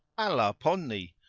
allah upon thee,